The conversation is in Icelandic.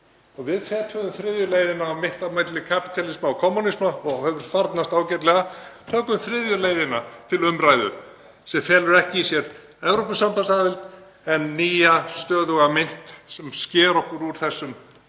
Við fetuðum þriðju leiðina, mitt á milli kapítalisma og kommúnisma, og okkur hefur farnast ágætlega. Tökum þriðju leiðina til umræðu sem felur ekki í sér Evrópusambandsaðild en nýja stöðuga mynt sem sker okkur úr þessum